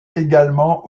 également